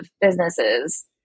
businesses